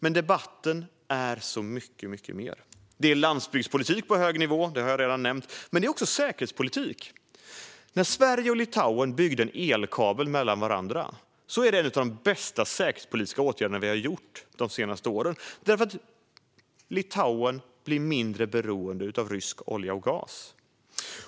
Men debatten är så mycket mer. Det är landsbygdspolitik på hög nivå, vilket jag redan har nämnt. Men det är också säkerhetspolitik. När Sverige och Litauen byggde en elkabel mellan varandra var det en av de bästa säkerhetspolitiska åtgärder vi vidtagit de senaste åren, eftersom Litauen blir mindre beroende av rysk olja och gas.